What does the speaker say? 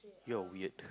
you're weird